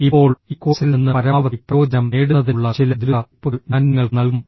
ഇപ്പോൾ ഈ കോഴ്സിൽ നിന്ന് പരമാവധി പ്രയോജനം നേടുന്നതിനുള്ള ചില ദ്രുത ടിപ്പുകൾ ഞാൻ നിങ്ങൾക്ക് നൽകും